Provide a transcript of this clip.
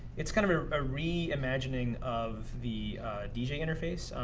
it's kind of a reimagining of the the dj interface.